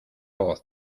voz